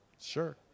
sure